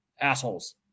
assholes